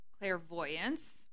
clairvoyance